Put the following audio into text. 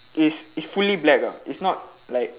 it's it's fully black ah it's not like